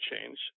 change